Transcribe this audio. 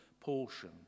portion